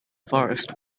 forest